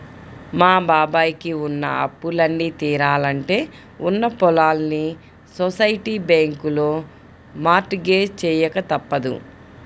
మా బాబాయ్ కి ఉన్న అప్పులన్నీ తీరాలంటే ఉన్న పొలాల్ని సొసైటీ బ్యాంకులో మార్ట్ గేజ్ చెయ్యక తప్పదు